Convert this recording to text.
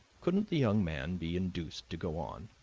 couldn't the young man be induced to go on?